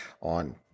on